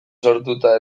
sortuta